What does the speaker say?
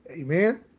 Amen